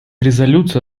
резолюции